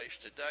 today